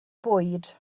bwyd